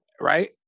right